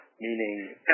meaning